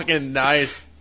nice